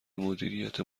مدیریت